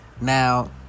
Now